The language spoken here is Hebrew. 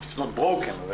סגן דיקן של הפקולטה להנדסה,